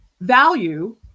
Value